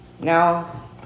Now